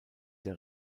der